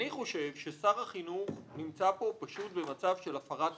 אני חושב ששר החינוך נמצא פה פשוט במצב של הפרת החוק,